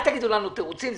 אל תגידו לנו תירוצים,